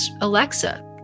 Alexa